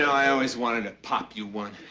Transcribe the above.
i always wanted to pop you one.